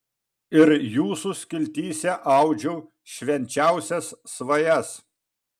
ir jūsų skiltyse audžiau švenčiausias svajas